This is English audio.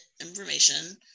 information